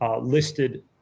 Listed